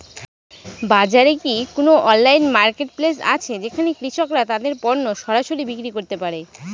বাজারে কি কোন অনলাইন মার্কেটপ্লেস আছে যেখানে কৃষকরা তাদের পণ্য সরাসরি বিক্রি করতে পারে?